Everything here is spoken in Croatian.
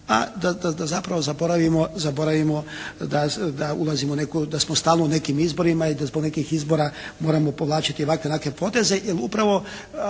da ulazimo u neku, da smo stalno u nekim izborima i da zbog nekih izbora moramo povlačiti ovakve i onakve poteze. Jer upravo